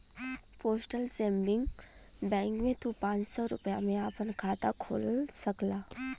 postal saving bank में तू पांच सौ रूपया में आपन खाता खोल सकला